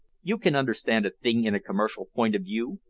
you can understand a thing in a commercial point of view.